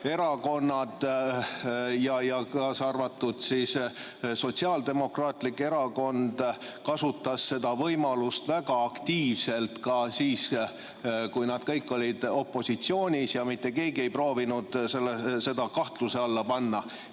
koalitsioonierakonnad ja Sotsiaaldemokraatlik Erakond kasutasid seda võimalust väga aktiivselt ka siis, kui nad kõik olid opositsioonis. Mitte keegi ei proovinud seda kahtluse alla panna,